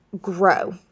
grow